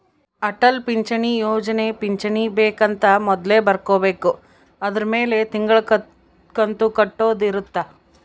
ಅಟಲ್ ಪಿಂಚಣಿ ಯೋಜನೆ ಪಿಂಚಣಿ ಬೆಕ್ ಅಂತ ಮೊದ್ಲೇ ಬರ್ಕೊಬೇಕು ಅದುರ್ ಮೆಲೆ ತಿಂಗಳ ಕಂತು ಕಟ್ಟೊದ ಇರುತ್ತ